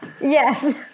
Yes